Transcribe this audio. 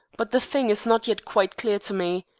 but the thing is not yet quite clear to me.